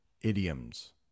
idioms